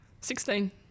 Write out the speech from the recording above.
Sixteen